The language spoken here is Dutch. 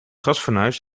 gasfornuis